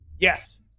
Yes